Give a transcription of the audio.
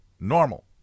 Normal